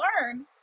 learn